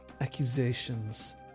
Accusations